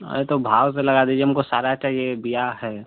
अरे तो भाव से लगा दीजिए हमको सारा चाहिए बियाह है